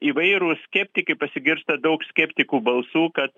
įvairūs skeptikai pasigirsta daug skeptikų balsų kad